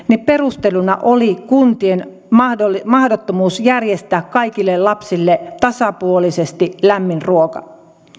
perusteluna oli kuntien mahdottomuus järjestää kaikille lapsille tasapuolisesti lämmin ruoka